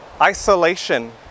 isolation